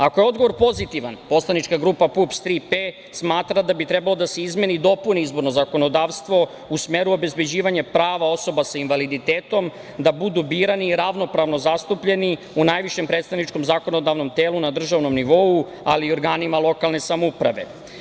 Ako je odgovor pozitivan, Poslanička grupa PUPS „Tri P“ smatra da bi trebalo da se izmeni i dopuni izborno zakonodavstvo u smeru obezbeđivanja prava osoba sa invaliditetom, da budu birani i ravnopravno zastupljeni u najvišem predstavničkom zakonodavnom telu na državnom nivou, ali i organima lokalne samouprave.